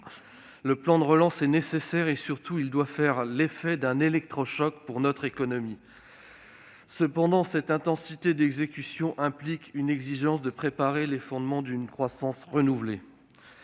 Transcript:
Le plan de relance est nécessaire ; surtout, il doit faire l'effet d'un électrochoc sur notre économie. Cette intensité d'exécution ne doit pas nous empêcher de préparer les fondements d'une croissance renouvelée-